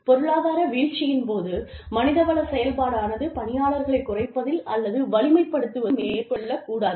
பொருளாதார வீழ்ச்சியின் போது மனிதவள செயல்பாடானது பணியாளர்களை குறைப்பதில் அல்லது வலிமைப்படுத்துவது மேற்கொள்ளக் கூடாது